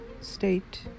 state